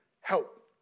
help